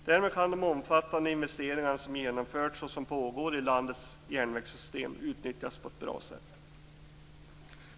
Därigenom kan de omfattande investeringar som genomförts och som pågår i landets järnvägssystem utnyttjas på ett bra sätt.